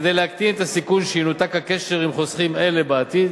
כדי להקטין את הסיכון שינותק הקשר עם חוסכים אלה בעתיד,